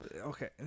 Okay